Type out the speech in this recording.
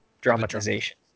dramatization